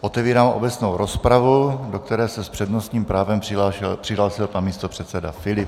Otevírám obecnou rozpravu, do které se s přednostním právem přihlásil pan místopředseda Filip.